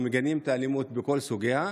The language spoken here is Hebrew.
אנחנו מגנים את האלימות לכל סוגיה,